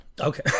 Okay